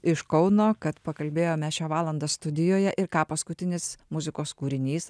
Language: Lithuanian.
iš kauno kad pakalbėjome šią valandą studijoje ir ką paskutinis muzikos kūrinys